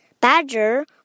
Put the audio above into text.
Badger